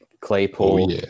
Claypool